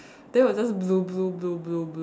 then it will just